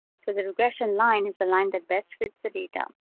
so the regression line is a line that best fit the data.